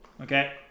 okay